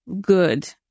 good